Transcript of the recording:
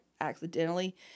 accidentally